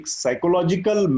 psychological